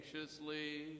anxiously